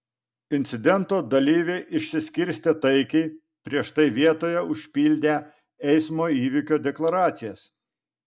incidento dalyviai išsiskirstė taikiai prieš tai vietoje užpildę eismo įvykio deklaracijas